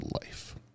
life